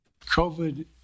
COVID